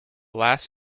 last